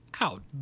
out